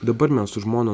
dabar mes su žmona